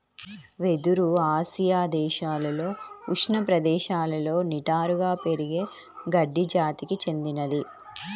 వెదురు ఆసియా దేశాలలో ఉష్ణ ప్రదేశాలలో నిటారుగా పెరిగే గడ్డి జాతికి చెందినది